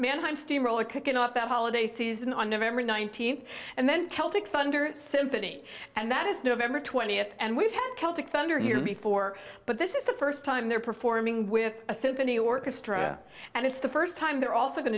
mannheim steamroller kicking off the holiday season on november nineteenth and then celtic thunder symphony and that is november twentieth and we've had celtic thunder here before but this is the first time they're performing with a symphony orchestra and it's the first time they're also going